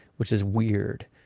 which is weird.